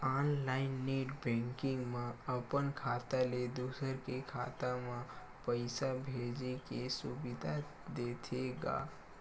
online net banking म अपन खाता ले दूसर के खाता म पइसा भेजे के सुबिधा देथे गा